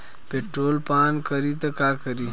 Petrol पान करी त का करी?